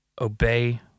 obey